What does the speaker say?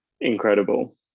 incredible